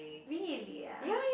really ah